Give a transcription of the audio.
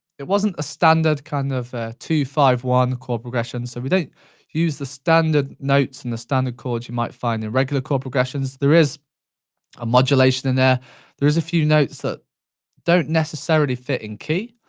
it wasn't a standard kind of two five one chord progression. so, you don't use the standard notes and the standard chords you might find in regular chord progressions. there is a modulation in there. there is a few notes that don't necessarily fit in key,